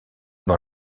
dans